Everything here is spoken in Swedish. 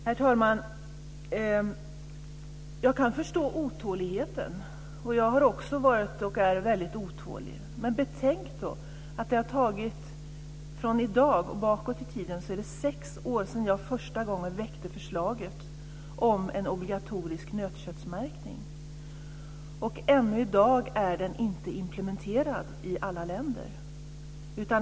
Herr talman! Jag kan förstå otåligheten. Jag har också varit, och är, väldigt otålig. Men betänk då att det har gått sex år sedan jag första gången väckte förslaget om en obligatorisk märkning av nötkött, och ännu i dag är det inte implementerat i alla länder.